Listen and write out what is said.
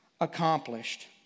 accomplished